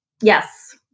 Yes